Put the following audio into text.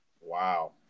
Wow